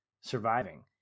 surviving